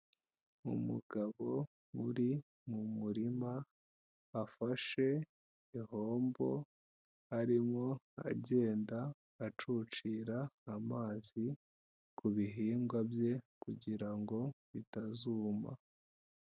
Umugabo uri mu murima afashe ihombo, arimo agenda acucira amazi ku bihingwa bye kugira ngo bitazuma.